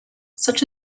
such